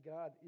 God